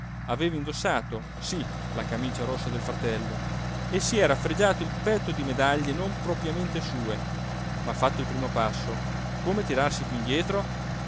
aveva indossato sí la camicia rossa del fratello e si era fregiato il petto di medaglie non propriamente sue ma fatto il primo passo come tirarsi piú indietro